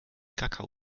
kakao